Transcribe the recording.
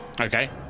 Okay